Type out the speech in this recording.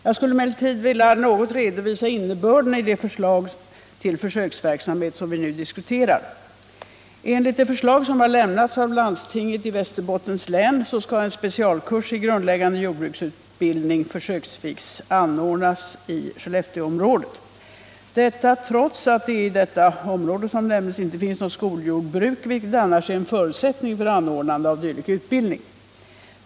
Jag skulle emellertid vilja något redovisa innebörden i det förslag till försöksverksamhet som vi nu diskuterar. Enligt det förslag som lämnats av landstinget i Västerbottens län skall en specialkurs i grundläggande jordbruksutbildning försöksvis anordnas i Skellefteåområdet, detta trots att det i detta område inte finns något skoljordbruk, vilket annars är en förutsättning för anordnande av dylik utbildning.